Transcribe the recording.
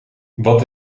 wat